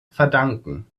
verdanken